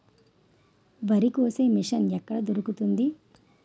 వరి కోసే మిషన్ ఎక్కడ దొరుకుతుంది?